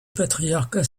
patriarcat